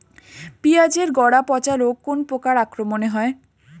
পিঁয়াজ এর গড়া পচা রোগ কোন পোকার আক্রমনে হয়?